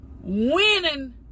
winning